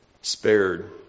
spared